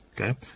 Okay